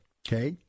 okay